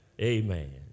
Amen